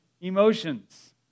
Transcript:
emotions